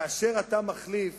כאשר אתה מחליף